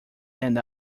hand